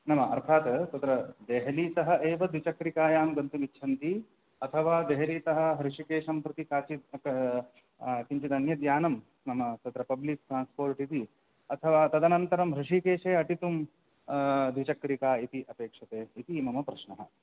नाम अर्थात् तत्र देहलीतः एव द्विचक्रिकायां गन्तुमिच्छन्ति अथवा देहलीतः हृषीकेशं प्रति काचित् किञ्चित् अन्यद् यानं नाम तत्र पब्लिक् ट्रान्स्पोर्ट् इति अथवा तदनन्तरं हृषीकेशे अटितुं द्विचक्रिका इति अपेक्षते इति मम प्रश्नः